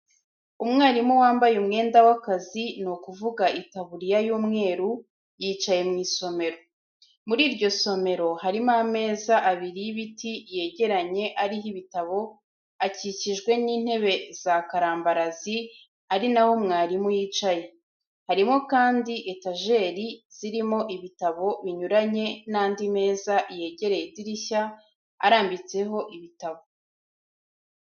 Umwarimu wambaye umwenda w'akazi, ni ukuvuga itaburiya y'umweru, yicaye mu isomero. Muri iryo somero, harimo ameza abiri y'ibiti yegeranye ariho ibitabo, akikijwe n'intebe za karambarazi ari naho mwarimu yicaye. Harimo kandi etajeri zirimo ibitabo binyuranye n'andi meza yegereye idirishya, arambitseho ibitabo.